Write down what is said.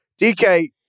DK